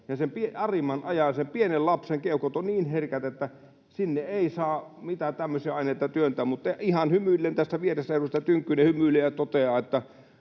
ja sen arimman ajan. Sen pienen lapsen keuhkot ovat niin herkät, että sinne ei saa mitään tämmöisiä aineita työntää. Mutta ihan hymyillen tässä vieressä edustaja Tynkkynen toteaa,